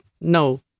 no